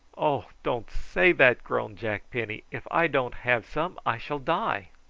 oh! don't say that, groaned jack penny. if i don't have some i shall die.